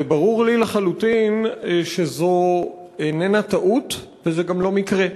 וברור לי לחלוטין שזאת איננה טעות וזה גם לא מקרה.